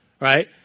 Right